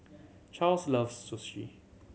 Charles loves Sushi